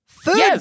Food